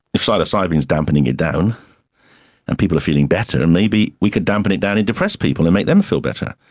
if psilocybin is dampening it down and people are feeling better, maybe we could dampen it down in depressed people and make them feel better.